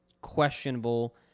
questionable